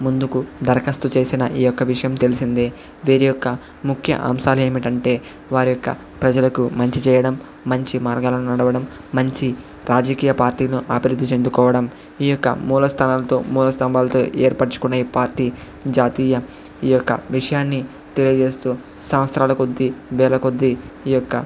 ముందుకు దరఖాస్తు చేసిన ఈ యొక్క విషయం తెలిసింది వీరి యొక్క ముఖ్య అంశాలు ఏమిటంటే వారి యొక్క ప్రజలకు మంచి చేయడం మంచి మార్గాలలో నడవడం మంచి రాజకీయ పార్టీ ను ఆభివృద్ధి చేందుకోవడం ఈ యొక్క మూల స్థలాలతో మూల స్తంభాలతో ఏర్పరుచుకుని ఈ పార్టీ జాతీయ ఈ యొక్క విషయాన్ని తెలియజేస్తూ సంవత్సరాల కొద్ది వేల కొద్ది ఈ యొక్క